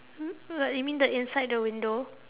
hmm what you mean the inside the window